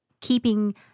keeping